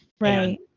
Right